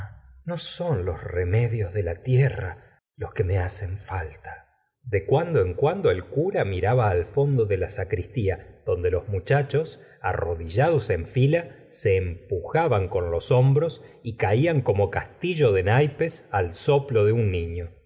no son los remedios de la tierra los que me hacen falta de cuando en cuando el cura miraba al fondo de la sacristía donde los muchachos arrodillados en fila se empujaban con los hombros y caían como castillo de naipes al soplo de un niño